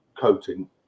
coating